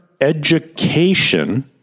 education